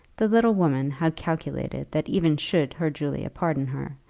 the little woman had calculated that even should her julie pardon her,